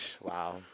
Wow